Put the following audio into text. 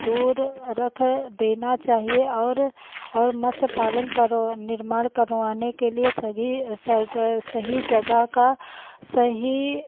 दूर रख देना चाहिए और और मत्स्य पालन करवा निर्माण करवाने के लिए सभी सही